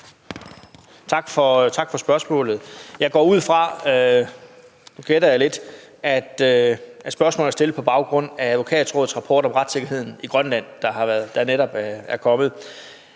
Tak for spørgsmålet. Jeg går ud fra – og nu gætter jeg lidt – at spørgsmålet er stillet på baggrund af Advokatrådets rapport om retssikkerheden i Grønland, der netop er udkommet.